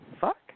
fuck